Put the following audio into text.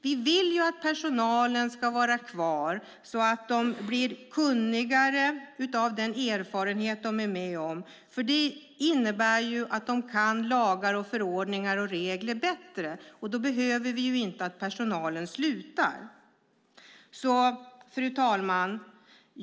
Vi vill ju att personalen ska vara kvar så att de blir kunnigare av den erfarenhet de får. Det innebär nämligen att de kan lagar, förordningar och regler bättre, och då behöver vi inte att personalen slutar. Fru talman!